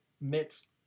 mitts